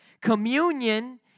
Communion